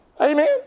Amen